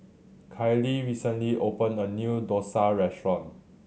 Kailee recently opened a new dosa restaurant